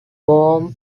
form